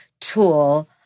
tool